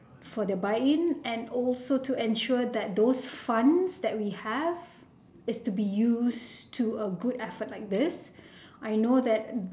for the buy in and also to ensure that those funds that we have is to be used to a good effort like this I know that